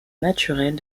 naturelle